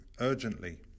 urgently